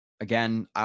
Again